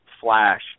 flash